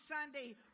Sunday